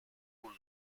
who